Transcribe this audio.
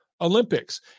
Olympics